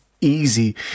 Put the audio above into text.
easy